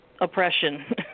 oppression